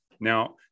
Now